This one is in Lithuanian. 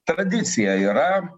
tradicija yra